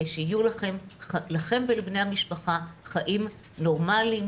שיהיו לכם ולבני המשפחה חיים נורמליים,